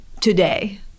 Today